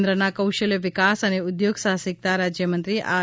કેન્દ્રના કૌશલ્ય વિકાસ અને ઉદ્યોગ સાહસીકતા રાજયમંત્રી આર